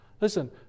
Listen